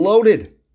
Loaded